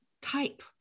type